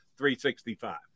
365